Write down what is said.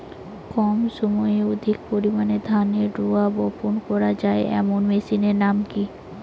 কম সময়ে অধিক পরিমাণে ধানের রোয়া বপন করা য়ায় এমন মেশিনের নাম কি?